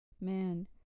man